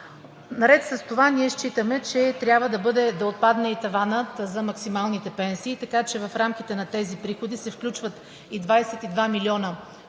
Наред с това считаме, че трябва да отпадне и таванът за максималните пенсии, така че в рамките на тези приходи се включват и 22 милиона, които